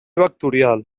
vectorial